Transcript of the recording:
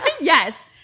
yes